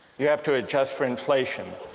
you have to adjust for inflation